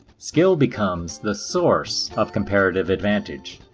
skill becomes the source of comparative advantage.